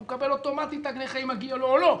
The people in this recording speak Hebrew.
הוא מקבל אוטומטית תג נכה אם מגיע לו או לא.